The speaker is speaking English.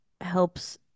helps